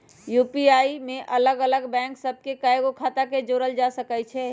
UPI में अलग अलग बैंक सभ के कएगो खता के जोड़ल जा सकइ छै